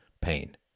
pain